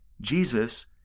Jesus